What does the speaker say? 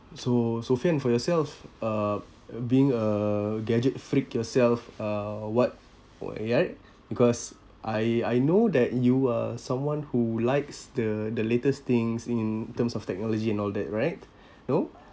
so sophian for yourself uh being a gadget freak yourself uh what ya right because I I know that you are someone who likes the the latest things in terms of technology and all that right no